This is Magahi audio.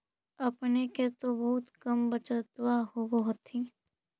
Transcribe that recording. अपने के तो बहुते कम बचतबा होब होथिं?